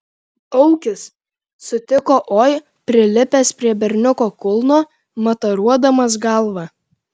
aukis sutiko oi prilipęs prie berniuko kulno mataruodamas galva